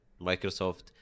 microsoft